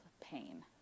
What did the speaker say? pain